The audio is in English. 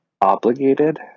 obligated